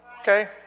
okay